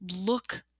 look